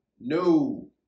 No